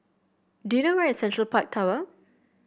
do you know where is Central Park Tower